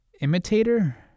Imitator